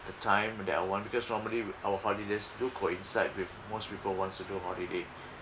the time that I want because normally our holidays do coincide with most people wants to go holiday